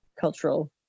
cultural